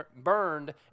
burned